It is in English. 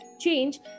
change